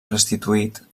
restituït